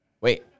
wait